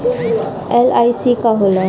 LIC का होला?